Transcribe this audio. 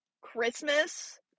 Christmas